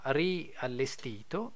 riallestito